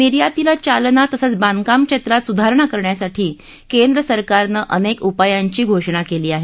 निर्यातीला चालना तसंच बांधकाम क्षेत्रात सुधारणा करण्यासाठी केंद्र सरकारन अनेक उपायांची घोषणा केली आहे